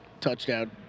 Touchdown